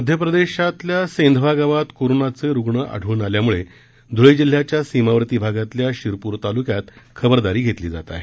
मध्य प्रदेशातल्या सेंधवा गावात कोरोनाचे रुग्ण आ ळून आल्याम्ळे ध्ळे जिल्ह्याच्या सीमावर्ती भागातल्या शिरपूर ताल्क्यात खबरदारी घेतली जात आहे